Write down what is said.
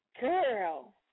Girl